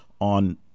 on